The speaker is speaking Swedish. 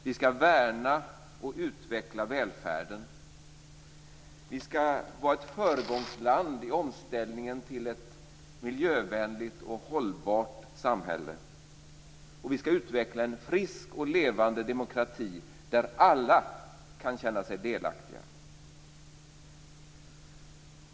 Vi skall värna och utveckla välfärden. Vi skall vara ett föregångsland i omställningen till ett miljövänligt och hållbart samhälle. Vi skall utveckla en frisk och levande demokrati där alla kan känna sig delaktiga.